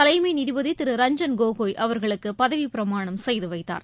தலைமை நீதிபதி திரு ரஞ்சன் கோகாய் அவர்களுக்கு பதவிப் பிரமாணம் செய்து வைத்தார்